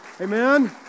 Amen